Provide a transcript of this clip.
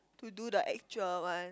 to do the actual one